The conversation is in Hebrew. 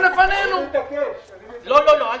לא רק